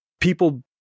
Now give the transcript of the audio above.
people